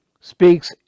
speaks